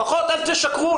לפחות אל תשקרו.